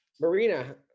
Marina